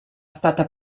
stata